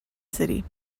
city